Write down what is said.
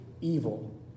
evil